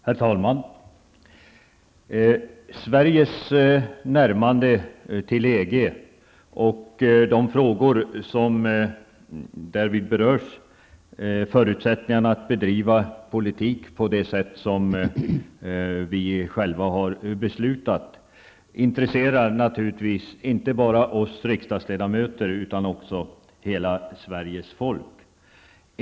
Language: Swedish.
Herr talman! Sveriges närmande till EG och de frågor som därvid berörs, förutsättningarna att bedriva politik på det sätt vi själva har beslutat, intresserar naturligtvis inte bara oss riksdagsledamöter utan också hela Sveriges folk.